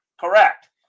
Correct